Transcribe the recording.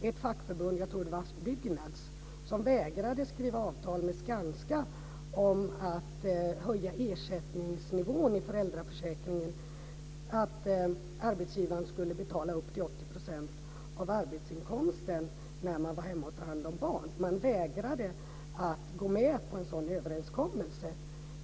Ett fackförbund - jag tror det var Byggnads - vägrade att skriva avtal med Skanska om att höja ersättningsnivån i föräldraförsäkringen och om att arbetsgivaren skulle betala upp till 80 % av arbetsinkomsten när någon var hemma och tog hand om barn. Man vägrade att gå med på en sådan överenskommelse.